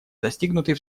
достигнутый